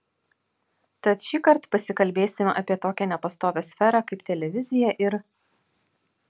tad šįkart pasikalbėsime apie tokią nepastovią sferą kaip televizija ir